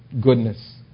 goodness